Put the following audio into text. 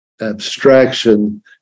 abstraction